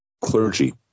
clergy